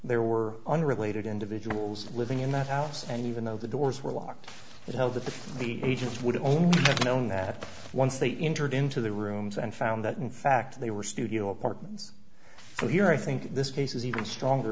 there were unrelated individuals living in that house and even though the doors were locked it held to the agent would have only known that once they entered into the rooms and found that in fact they were studio apartments well here i think this case is even stronger